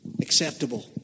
acceptable